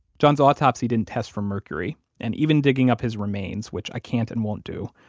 john's autopsy didn't test for mercury. and even digging up his remains, which i can't and won't do,